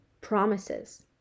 promises